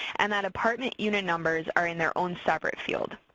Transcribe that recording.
and that apartment unit numbers are in their own separate field.